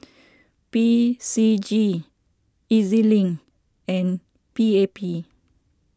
P C G E Z Link and P A P